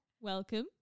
Welcome